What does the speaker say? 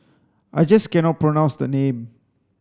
I just cannot pronounce the name